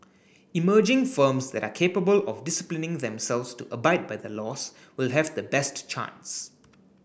emerging firms that are capable of disciplining themselves to abide by the laws will have the best chance